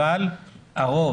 אבל הרוב,